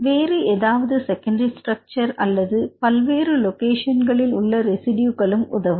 வேறு ஏதாவது secondary structure பல்வேறு லொகேஷன் ல் உள்ள ரெசிடியூ உதவும்